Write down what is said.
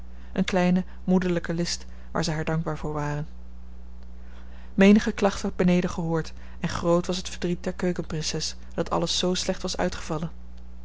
eene kleine moederlijke list waar ze haar dankbaar voor waren menige klacht werd beneden gehoord en groot was het verdriet der keukenprinses dat alles zoo slecht was uitgevallen